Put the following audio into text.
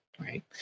right